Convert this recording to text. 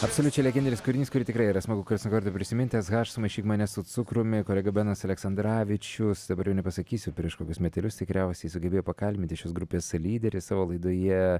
absoliučiai legendinis kūrinys kurį tikrai yra smagu kaskart nuo karto prisiminti s haš sumaišyk mane su cukrumi kolega benas aleksandravičius dabar jau nepasakysiu prieš kokius metelius tikriausiai sugebėjo pakalbinti šios grupės lyderį savo laidoje